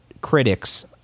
critics